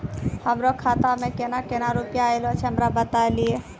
हमरो खाता मे केना केना रुपैया ऐलो छै? हमरा बताय लियै?